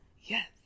Yes